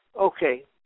okay